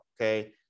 Okay